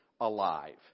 alive